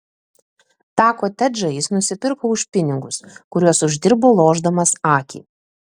tą kotedžą jis nusipirko už pinigus kuriuos uždirbo lošdamas akį